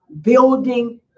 building